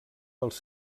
dels